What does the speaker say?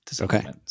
Okay